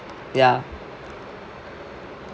ya